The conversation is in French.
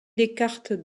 écarte